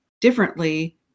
differently